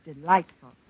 Delightful